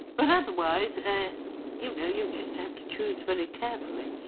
but otherwise ah you know you just have to choose very carefully.